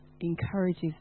encourages